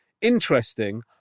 interesting